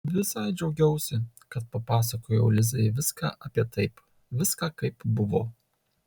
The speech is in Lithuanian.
visai džiaugiausi kad papasakojau lizai viską apie taip viską kaip buvo